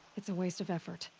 it's a waste of effort.